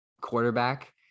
quarterback